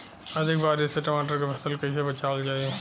अधिक बारिश से टमाटर के फसल के कइसे बचावल जाई?